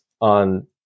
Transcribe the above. on